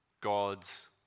God's